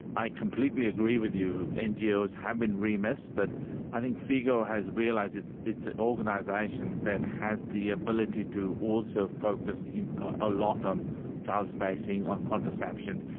i completely agree with you, ngos have been remiss, but i think figo has realised it's it's an organisation that has the ability to also focus a lot on child spacing, on contraception,